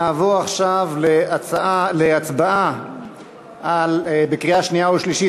נעבור עכשיו להצבעה בקריאה שנייה ושלישית